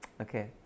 Okay